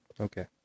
Okay